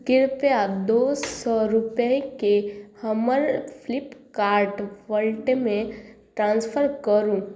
कृप्या दू सए रुपये के हमर फ्लिपकार्ट फल्टमे ट्रांसफर करू